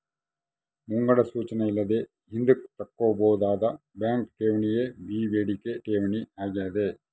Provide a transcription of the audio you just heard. ಮುಂಗಡ ಸೂಚನೆ ಇಲ್ಲದೆ ಹಿಂದುಕ್ ತಕ್ಕಂಬೋದಾದ ಬ್ಯಾಂಕ್ ಠೇವಣಿಯೇ ಈ ಬೇಡಿಕೆ ಠೇವಣಿ ಆಗ್ಯಾದ